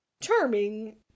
charming